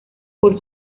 por